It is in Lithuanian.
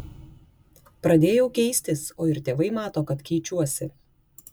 pradėjau keistis o ir tėvai mato kad keičiuosi